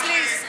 רק מחוץ לישראל.